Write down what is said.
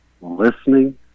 listening